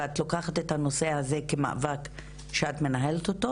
ואת לוקחת את הנושא הזה כמאבק שאת מנהלת אותו